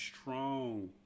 strong